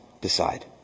decide